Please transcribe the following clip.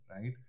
right